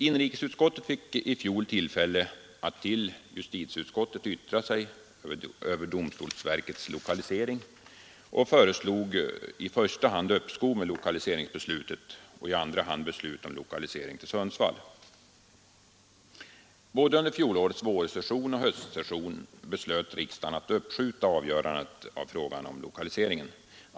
Inrikesutskottet fick i fjol tillfälle att till justitieutskottet yttra sig över domstolsverkets lokalisering och föreslog i första hand uppskov med lokaliseringsbeslutet och i andra hand beslut om lokalisering till Sundsvall. Både under fjolårets vårsession och höstsession beslöt riksdagen att uppskjuta avgörandet av frågan om lokaliseringen.